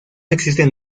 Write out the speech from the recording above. existen